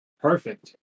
Perfect